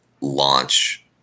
launch